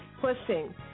pushing